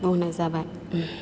बुंनाय जाबाय